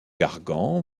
gargan